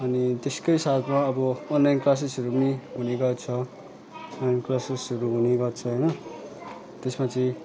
अनि त्यसकै साथमा अब अनलाइन क्लासेसहरू पनि हुने गर्छ अनलाइन क्लासेसहरू हुने गर्छ होइन त्यसमा चाहिँ